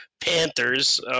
Panthers